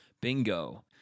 bingo